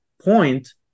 point